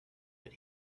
that